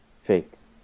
Fakes